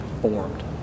formed